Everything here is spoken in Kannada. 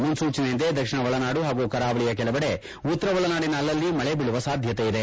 ಮುನ್ನೂಚನೆಯಂತೆ ದಕ್ಷಿಣ ಒಳನಾಡು ಹಾಗೂ ಕರಾವಳಿಯ ಕೆಲವೆಡೆ ಉತ್ತರ ಒಳನಾಡಿನ ಅಲ್ಲಲ್ಲಿ ಮಳೆ ಬೀಳುವ ಸಾಧ್ಯತೆ ಇದೆ